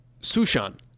Sushan